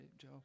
Joe